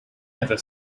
ever